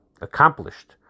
accomplished